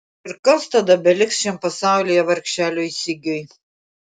ir kas tada beliks šiam pasaulyje vargšeliui sigiui